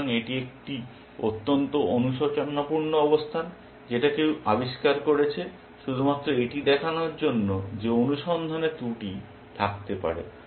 সুতরাং এটি একটি অত্যন্ত অনুশোচনাপূর্ণ অবস্থান যেটা কেউ আবিষ্কার করেছে শুধুমাত্র এটি দেখানোর জন্য যে অনুসন্ধানের ত্রুটি থাকতে পারে